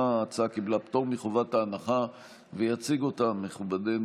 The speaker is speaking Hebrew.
גם חברת הכנסת ברק רוצה להצביע, בעד, נגד,